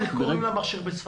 איך קוראים למכשיר בצפת?